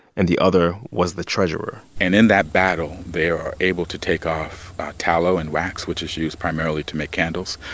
and the other was the treasurer and in that battle, they are able to take off ah tallow and wax, which is used primarily to make candles,